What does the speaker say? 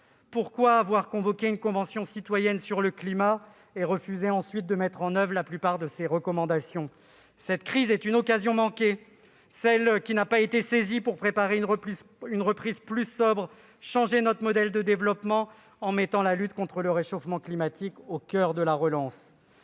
Pourquoi avoir convoqué la Convention citoyenne sur le climat, si c'est pour refuser ensuite de mettre en oeuvre la plupart de ses recommandations ? Cette crise est une occasion manquée de préparer une reprise plus sobre et de changer notre modèle de développement en mettant la lutte contre le réchauffement climatique au coeur de la relance.